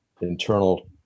internal